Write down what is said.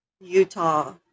Utah